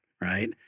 right